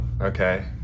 okay